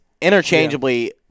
interchangeably